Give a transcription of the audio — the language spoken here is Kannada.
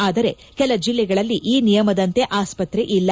ಆದರೆ ಕೆಲ ಜಿಲ್ಲೆಗಳಲ್ಲಿ ಈ ನಿಯಮದಂತೆ ಆಸ್ಪತ್ರೆ ಇಲ್ಲ